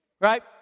right